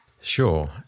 Sure